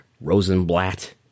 Rosenblatt